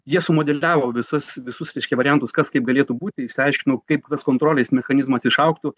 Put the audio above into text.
jie sumodeliavo visas visus reiškia variantus kas kaip galėtų būti išsiaiškino kaip tas kontrolės mechanizmas išaugtų